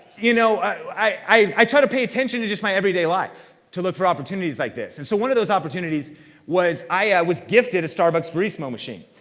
you know, i try to pay attention to just my everyday life. to look for opportunities like this. and so one of those opportunities was was gifted a starbucks verismo machine,